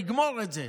לגמור את זה.